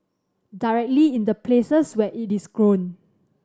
directly in the places where it is grown